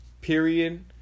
period